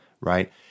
right